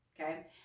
okay